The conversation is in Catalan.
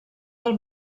del